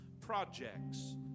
projects